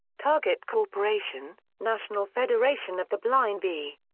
target corporation national federation of the blind v.